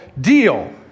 deal